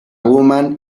woman